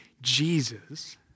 Jesus